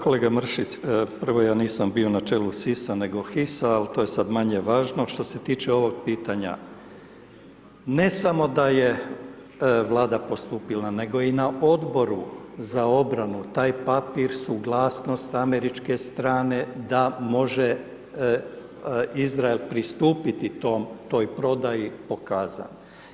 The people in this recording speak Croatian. Kolega Mrsić, prvo ja nisam bio na čelu SIS-a, nego HIS-a, al' to je sad manje važno, što se tiče ovog pitanja, ne samo da je Vlada postupila, nego je i na Odboru za obranu taj papir, suglasnost američke strane da može Izrael pristupiti tom, toj prodaji, pokazala.